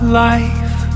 life